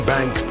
Bank